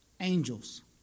angels